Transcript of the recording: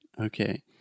Okay